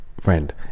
friend